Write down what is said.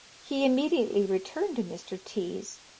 he immediately returned to mr. t s,